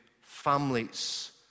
families